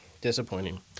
disappointing